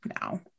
now